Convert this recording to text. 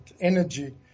Energy